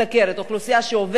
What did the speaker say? אוכלוסייה שעובדת,